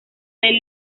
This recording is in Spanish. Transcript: del